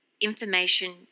information